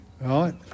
Right